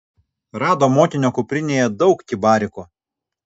rado mokinio kuprinėje daug kibarikų